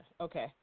Okay